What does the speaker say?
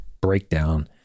breakdown